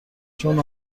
چون